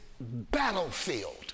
battlefield